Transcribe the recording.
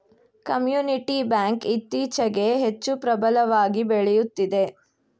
community bank ಇತ್ತೀಚೆಗೆ ಹೆಚ್ಚು ಪ್ರಬಲವಾಗಿ ಬೆಳೆಯುತ್ತಿದೆ